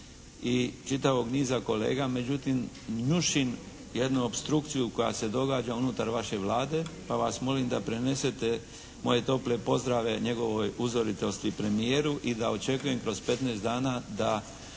i čitavog niza kolega. Međutim, njušim jednu opstrukciju koja se događa unutar vaše Vlade, pa vas molim da prenesete moje tople pozdrave njegovoj uzoritosti premijeru i da očekujem kroz 15 dana da